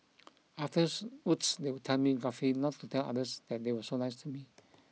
afterwards they would tell me gruffly not to tell others that they were so nice to me